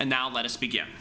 and now let us begin